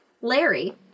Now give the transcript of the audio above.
Larry